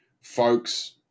folks